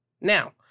Now